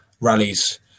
rallies